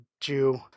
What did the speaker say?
Jew